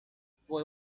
fue